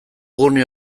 gune